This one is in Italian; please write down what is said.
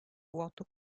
vuoto